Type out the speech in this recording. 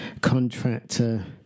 contractor